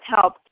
help